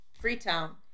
Freetown